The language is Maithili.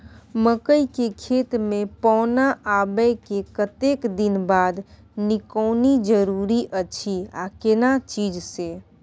मकई के खेत मे पौना आबय के कतेक दिन बाद निकौनी जरूरी अछि आ केना चीज से?